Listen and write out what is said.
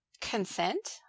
consent